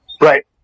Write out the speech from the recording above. Right